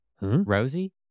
Rosie